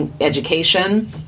education